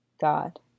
God